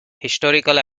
historical